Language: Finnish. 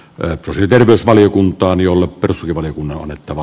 taitositerveysvaliokuntaan jolle pärskivaliokunnalle annettava